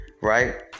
Right